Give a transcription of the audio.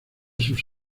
sus